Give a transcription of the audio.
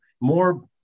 more